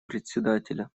председателя